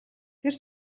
тэр